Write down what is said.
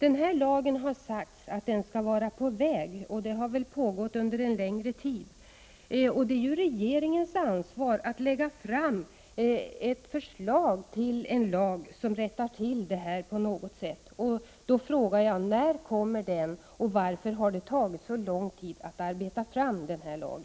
Under en längre tid har det sagts att en lag är på väg. Det är ju regeringens ansvar att lägga fram ett förslag till en lag där missförhållandet rättas till. Då frågar jag: När kommer det, och varför har det tagit så lång tid att arbeta fram ett förslag?